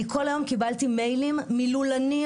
אני הייתי ביום שבת בהשמדת עופות ברמת